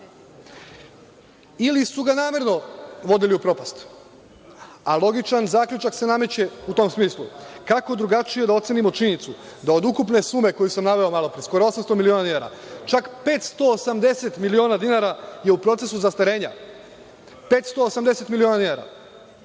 Ili su ga namerno vodili u propast, a logičan zaključak se nameće u tom smislu – kako drugačije da ocenimo činjenicu da od ukupne sume koju sam naveo malopre, skoro 800 miliona dinara, čak 580 miliona dinara je u procesu zastarenja, 580 miliona dinara.